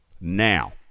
Now